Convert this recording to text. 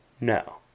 No